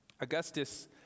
Augustus